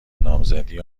نامزدی